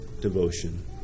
devotion